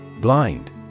Blind